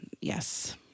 yes